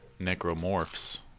Necromorphs